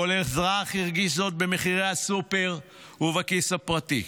כל אזרח הרגיש זאת במחירי הסופר ובכיס הפרטי.